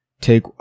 Take